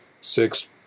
six